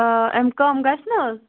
آ اَمہِ کم گَژھِ نہَ حظ